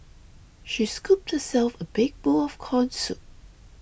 she scooped herself a big bowl of Corn Soup